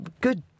good